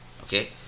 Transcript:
okay